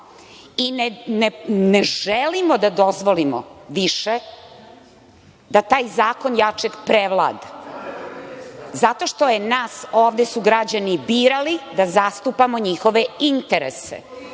i ne želimo da dozvolimo više da taj zakon jačeg prevlada. Zato što su nas ovde građani birali da zastupamo njihove interese,